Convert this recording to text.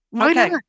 Okay